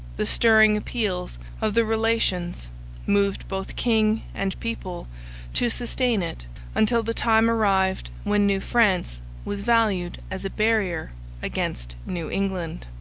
the stirring appeals of the relations moved both king and people to sustain it until the time arrived when new france was valued as a barrier against new england.